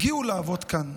הגיעו לעבוד כאן